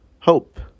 hope